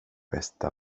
bästa